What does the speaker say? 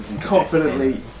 confidently